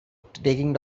taking